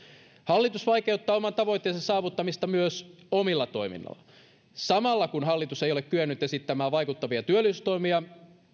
hallitus vaikeuttaa oman tavoitteensa saavuttamista myös itse samalla kun hallitus ei ole kyennyt esittämään vaikuttavia työllisyystoimia